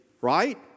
right